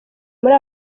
muri